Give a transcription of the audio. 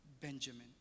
Benjamin